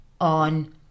on